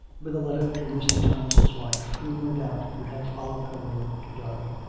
with a letter to mr. thomas's wife, who, no doubt, would have followed her lord to derby.